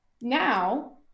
Now